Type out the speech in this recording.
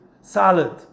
salad